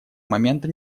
момента